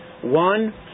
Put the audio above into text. one